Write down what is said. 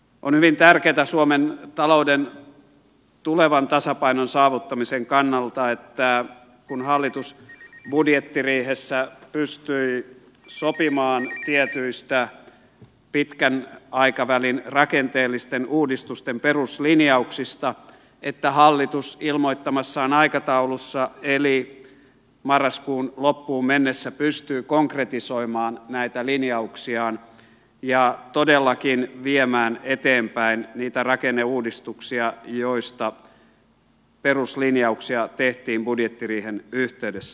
on hyvin tärkeätä suomen talouden tulevan tasapainon saavuttamisen kannalta että kun hallitus budjettiriihessä pystyi sopimaan tietyistä pitkän aikavälin rakenteellisten uudistusten peruslinjauksista niin hallitus ilmoittamassaan aikataulussa eli marraskuun loppuun mennessä pystyy konkretisoimaan näitä linjauksiaan ja todellakin viemään eteenpäin niitä rakenneuudistuksia joista peruslinjauksia tehtiin budjettiriihen yhteydessä